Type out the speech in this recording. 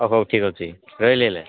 ଅ ହଉ ଠିକଅଛି ରହିଲି ହେଲେ